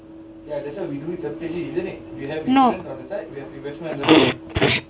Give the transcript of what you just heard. no